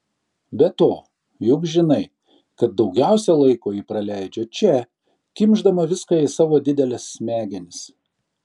be to juk žinai kad daugiausiai laiko ji praleidžia čia kimšdama viską į savo dideles smegenis